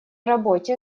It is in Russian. работе